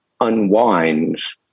unwinds